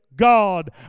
God